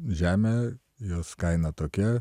žemę jos kaina tokia